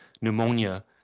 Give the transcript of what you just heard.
pneumonia